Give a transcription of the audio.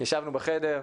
ישבנו בחדר,